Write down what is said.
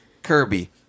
Kirby